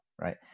right